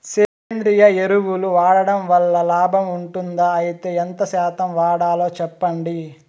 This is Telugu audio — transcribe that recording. సేంద్రియ ఎరువులు వాడడం వల్ల లాభం ఉంటుందా? అయితే ఎంత శాతం వాడాలో చెప్పండి?